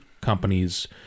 companies